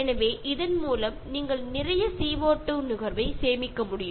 எனவே இதன் மூலம் நீங்கள் நிறைய சிஓ2 நுகர்வை சேமிக்க முடியும்